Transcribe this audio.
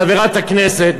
חברת הכנסת,